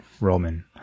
Roman